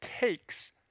takes